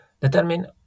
determine